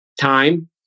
time